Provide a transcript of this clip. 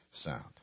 sound